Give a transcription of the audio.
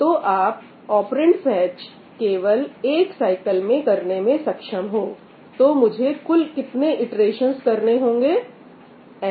तो आप operand fetch केवल एक साइकिल में करने में सक्षम होतो मुझे कुल कितने इटरेशंस करने होंगे n3